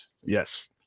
Yes